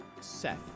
Seth